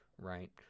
right